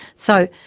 so,